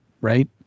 right